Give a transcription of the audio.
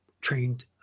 trained